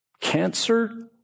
Cancer